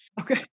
Okay